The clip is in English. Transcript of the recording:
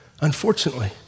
unfortunately